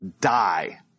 die